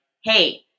hey